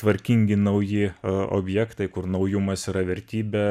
tvarkingi nauji objektai kur naujumas yra vertybė